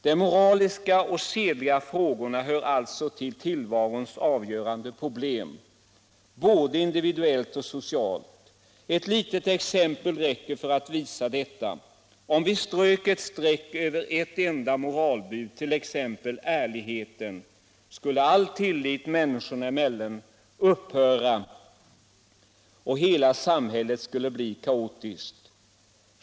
De sedliga frågorna hör alltså till tillvarons avgörande problem, både individuellt och socialt. Ett litet exempel räcker för att visa detta. Om vi strök ett streck över ett enda moralbud, t.ex. ärligheten, skulle all tillit människor emellan upphöra och hela samhället skulle bli kaotiskt.